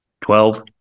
Twelve